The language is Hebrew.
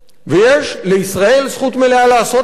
ויש לישראל זכות מלאה לעשות את זה,